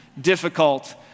difficult